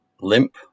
limp